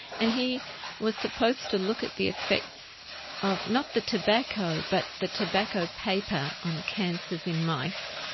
and he was supposed to look at the effects of not the tobacco but the tobacco paper on cancers in mice.